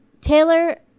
Taylor